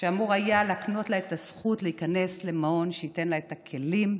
שאמור היה להקנות לה את הזכות להיכנס למעון שייתן לה את הכלים,